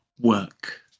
work